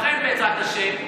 לכן בעזרת השם,